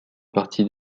partie